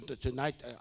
Tonight